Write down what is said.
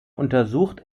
untersucht